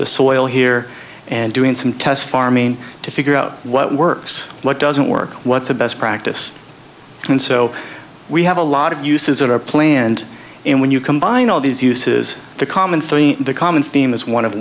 the soil here and doing some tests farming to figure out what works what doesn't work what's a best practice and so we have a lot of uses that are planned and when you combine all these uses the common three the common theme is one of